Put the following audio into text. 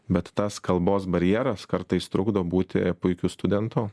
bet tas kalbos barjeras kartais trukdo būti puikiu studentu